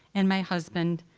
and my husband,